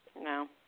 No